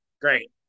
Great